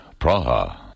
Praha